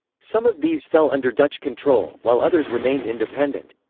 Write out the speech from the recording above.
some of these fell under dutch control, while others remained independent.